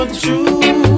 true